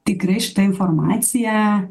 tikrai šita informacija